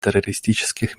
террористических